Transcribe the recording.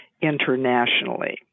internationally